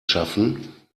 schaffen